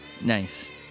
Nice